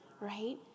right